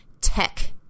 Tech